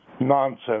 nonsense